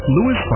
Lewis